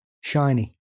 Shiny